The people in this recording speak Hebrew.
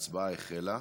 ההצבעה החלה.